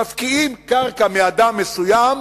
מפקיעים קרקע מאדם מסוים